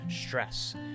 stress